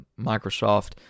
Microsoft